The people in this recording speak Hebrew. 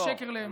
שקר לאמת,